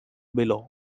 below